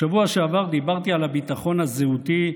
בשבוע שעבר דיברתי על הביטחון הזהותי,